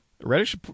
Reddish